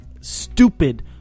stupid